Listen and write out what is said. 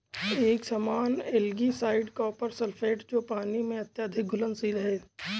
एक सामान्य algicide copper sulphate है जो पानी में अत्यधिक घुलनशील है